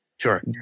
Sure